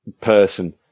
person